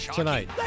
tonight